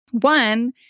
One